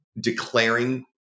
Declaring